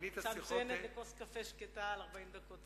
זאת הצעה מצוינת לכוס קפה שקטה על 40 דקות זמן.